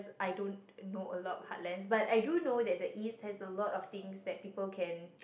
I don't know a lot of heartlands but I do know that the east has a lot of things that people can